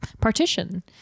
partition